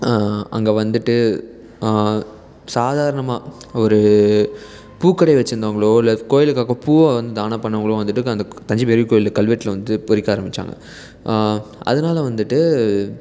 அங்கே வந்துட்டு சாதாரணமாக ஒரு பூக்கடை வச்சு இருந்தவர்களோ இல்லை கோயிலுக்காக பூவை வந்து தானம் பண்ணிணவங்களோ வந்துட்டு அந்த தஞ்சை பெரிய கோயில் கல்வெட்டில் வந்துட்டு பொறிக்க ஆரம்மித்தாங்க அதனால வந்துட்டு